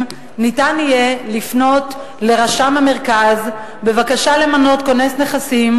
יהיה אפשר לפנות לרשם המרכז בבקשה למנות כונס נכסים,